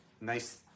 nice